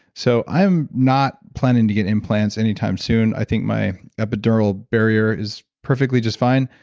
so i'm not planning to get implants anytime soon. i think my epidural barrier is perfectly just fine,